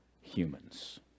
humans